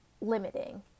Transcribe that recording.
limiting